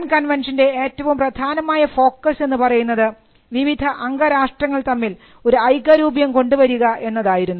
burn കൺവൻഷൻറെ ഏറ്റവും പ്രധാനമായ ഫോക്കസ് എന്നു പറയുന്നത് വിവിധ അംഗരാഷ്ട്രങ്ങൾ തമ്മിൽ ഒരു ഐകരൂപ്യം കൊണ്ടുവരിക എന്നതായിരുന്നു